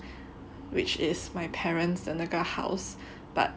which is my parents 的那个 house but